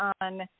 on